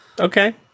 Okay